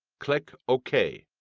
click ok,